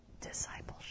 Discipleship